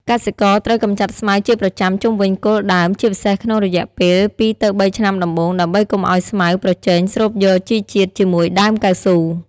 កសិករត្រូវកម្ចាត់ស្មៅជាប្រចាំជុំវិញគល់ដើម ជាពិសេសក្នុងរយៈពេល ២ ទៅ ៣ ឆ្នាំដំបូង ដើម្បីកុំឱ្យស្មៅប្រជែងស្រូបយកជីជាតិជាមួយដើមកៅស៊ូ។